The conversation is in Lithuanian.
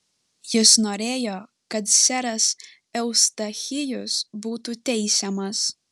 jis norėjo kad seras eustachijus būtų teisiamas